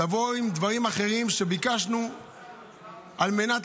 תבואו עם דברים אחרים שביקשנו על מנת